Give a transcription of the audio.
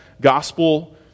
gospel